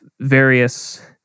various